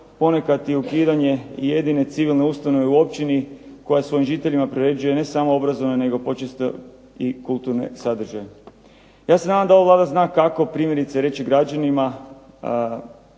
ponekad i ukidanje jedine civilne ustanove u općini koja svojim žiteljima priređuje ne samo obrazovne, nego počesto i kulturne sadržaje. Ja se nadam da ova Vlada zna kako primjerice reći građanima